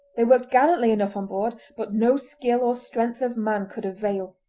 they worked gallantly enough on board but no skill or strength of man could avail.